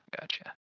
gotcha